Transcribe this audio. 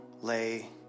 lay